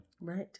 right